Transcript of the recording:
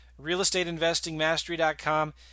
realestateinvestingmastery.com